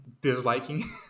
disliking